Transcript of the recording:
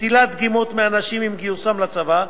נטילת דגימות מאנשים עם גיוסם לצבא,